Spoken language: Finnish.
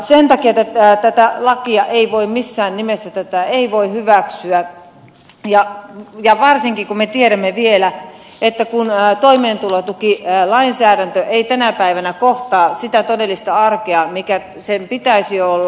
sen takia tätä lakia ei voi missään nimessä hyväksyä varsinkaan kun me tiedämme vielä että toimeentulotukilainsäädäntö ei tänä päivänä kohtaa sitä todellista arkea mitä sen pitäisi olla